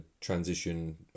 transition